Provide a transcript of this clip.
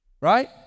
Right